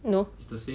no